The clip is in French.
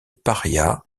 paria